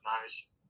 nice